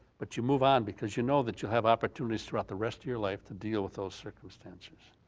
but you move on because you know that you'll have opportunities throughout the rest of your life to deal with those circumstances.